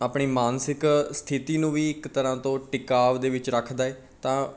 ਆਪਣੀ ਮਾਨਸਿਕ ਸਥਿਤੀ ਨੂੰ ਵੀ ਇੱਕ ਤਰ੍ਹਾਂ ਤੋਂ ਟਿਕਾਵ ਦੇ ਵਿੱਚ ਰੱਖਦਾ ਹੈ ਤਾਂ